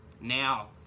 now